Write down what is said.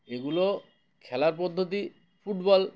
এগুলো খেলার পদ্ধতি ফুটবল